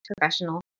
professional